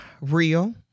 Real